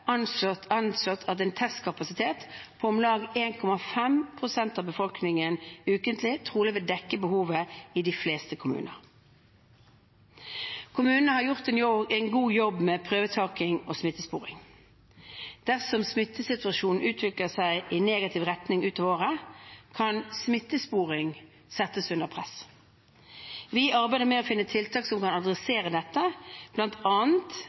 anslått at en testkapasitet på om lag 1,5 pst. av befolkningen ukentlig trolig vil dekke behovet i de fleste kommuner. Kommunene har gjort en god jobb med prøvetaking og smittesporing. Dersom smittesituasjonen utvikler seg i negativ retning utover året, kan smittesporingen settes under press. Vi arbeider med å finne tiltak som kan